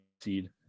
seed